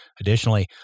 Additionally